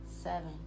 seven